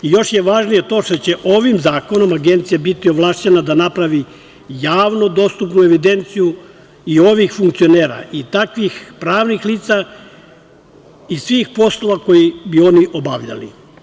Još je važnije to što će ovim zakonom Agencija biti ovlašćena da napravi javno dostupnu evidenciju i ovih funkcionera i takvih pravnih lica i svih poslova koje bi oni obavljali.